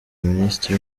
minisitiri